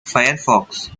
firefox